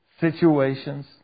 situations